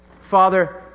Father